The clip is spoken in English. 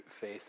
faith